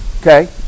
Okay